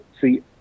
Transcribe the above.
see